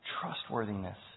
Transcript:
Trustworthiness